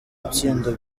gutsinda